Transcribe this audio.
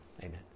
amen